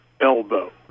elbow